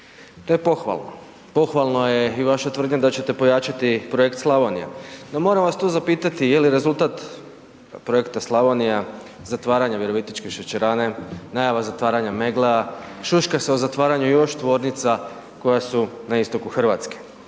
to je pohvalno. Pohvalna je i vaša tvrdnja da ćete pojačati projekt „Slavonija“. No moram vas tu zapitati jeli rezultat projekta „Slavonija“ zatvaranje Virovitičke šećerane, najava zatvaranja Meggle-a, šuška se o zatvaranju još tvornica koja su na istoku Hrvatske.